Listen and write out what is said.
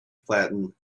flattened